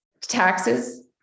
taxes